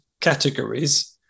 categories